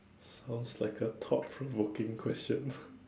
sounds like a thought provoking question